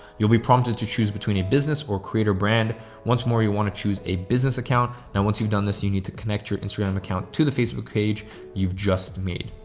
you'll be prompted to choose between your business or creator brand once more. you want to choose a business account. now once you've done this, you need to connect your instagram account to the facebook page you've just made.